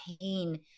pain